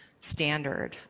standard